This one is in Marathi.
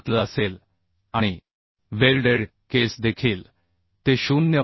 7L असेल आणि वेल्डेड केस देखील ते 0